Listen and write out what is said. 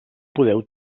podeu